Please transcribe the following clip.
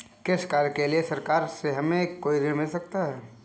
कृषि कार्य के लिए सरकार से हमें कोई ऋण मिल सकता है?